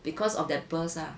because of that burst ah